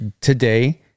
today